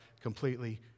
completely